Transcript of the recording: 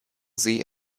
see